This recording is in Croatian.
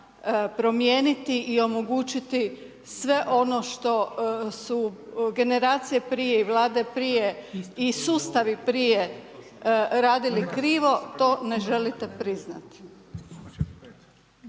promijeniti i omogućiti, sve ono što su generacije prije i Vlade prije i sustavi prije radili krivo, to ne želite priznati.